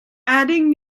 adding